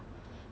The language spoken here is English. oh is it